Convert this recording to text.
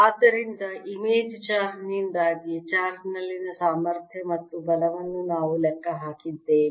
ಆದ್ದರಿಂದ image charge ನಿಂದಾಗಿ charge ನಲ್ಲಿನ ಸಾಮರ್ಥ್ಯ ಮತ್ತು ಬಲವನ್ನು ನಾವು ಲೆಕ್ಕ ಹಾಕಿದ್ದೇವೆ